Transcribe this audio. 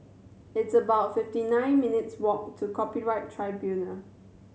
it's about fifty nine minutes' walk to Copyright Tribunal